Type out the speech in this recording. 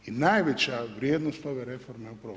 I najveća vrijednost ove reforme je upravo to.